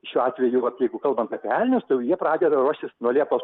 šiuo atveju jei vat jeigu kalbant apie elnius tai jau jie pradeda ruoštis nuo liepos